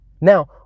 Now